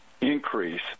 increase